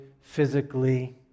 physically